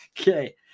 Okay